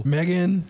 Megan